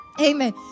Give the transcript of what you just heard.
Amen